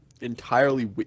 entirely